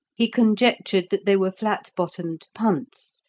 he conjectured that they were flat-bottomed punts,